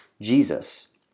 Jesus